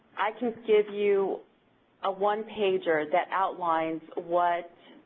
i can give you a one-pager that outlines what